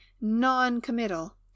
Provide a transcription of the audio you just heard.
non-committal